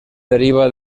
deriva